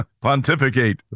Pontificate